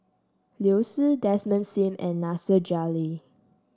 Liu Si Desmond Sim and Nasir Jalil